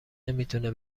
نمیتونه